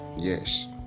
Yes